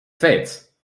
feit